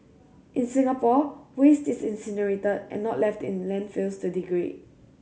in Singapore waste is incinerated and not left in landfills to degrade